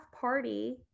party